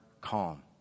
calm